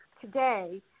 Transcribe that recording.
today